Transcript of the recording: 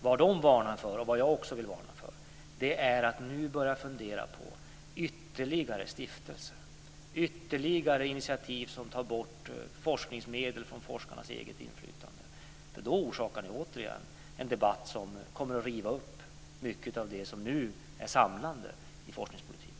Vad forskarsamhället varnar för är att nu börja fundera på ytterligare stiftelser och initiativ som tar bort forskningsmedel från forskarnas inflytande. Det vill jag också varna för. Då orsakar ni återigen en debatt som kommer att riva upp mycket av det som nu är samlande i forskningspolitiken.